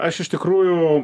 aš iš tikrųjų